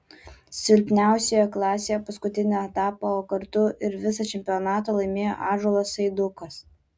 silpniausioje klasėje paskutinį etapą o kartu ir visą čempionatą laimėjo ąžuolas eidukas